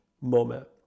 moment